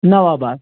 نَوآباد